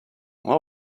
what